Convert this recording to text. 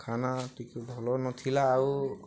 ଖାନା ଟିକେ ଭଲ ନଥିଲା ଆଉ